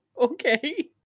okay